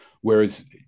Whereas